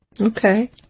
Okay